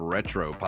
Retro